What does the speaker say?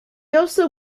also